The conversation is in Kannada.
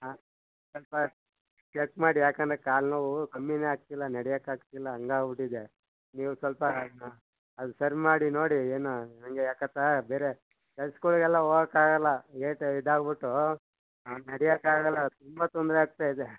ಹಾಂ ಕಟ್ ಮಾಡಿ ಏಕಂದ್ರೆ ಕಾಲುನೋವು ಕಮ್ಮಿನೇ ಆಗ್ತಿಲ್ಲ ನಡಿಯಕ್ಕೆ ಆಗ್ತಿಲ್ಲ ಹಂಗಾಗ್ಬುಟ್ಟಿದೆ ನೀವು ಸ್ವಲ್ಪ ಅದು ಸರಿ ಮಾಡಿ ನೋಡಿ ಏನೋ ಹಾಗೆ ಯಾಕತ್ತಾ ಬೇರೆ ಕೆಲ್ಸಗಳಿಗೆಲ್ಲ ಹೋಗಕ್ಕೆ ಆಗೋಲ್ಲ ಏಟು ಇದಾಗ್ಬಿಟ್ಟು ನಡೆಯಕ್ಕಾಗಲ್ಲ ತುಂಬ ತೊಂದರೆ ಆಗ್ತಾಯಿದೆ